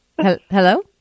Hello